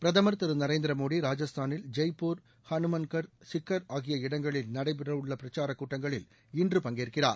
பிரதுர் திரு நரேந்திர மோடி ராஜஸ்தானில் ஜெய்பூர் ஹனுமன்கர் சிக்கர் ஆகிய இடங்களில் நடைபெறவுள்ள பிரச்சாரக் கூட்டங்களில் இன்று பங்கேற்கிறார்